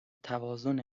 توازن